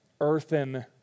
earthen